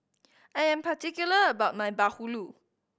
I am particular about my bahulu